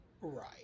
Right